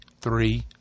three